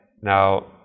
Now